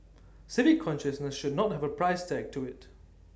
civic consciousness should not have A price tag to IT